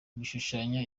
bishushanya